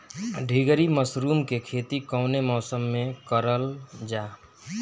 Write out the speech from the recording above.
ढीघरी मशरूम के खेती कवने मौसम में करल जा?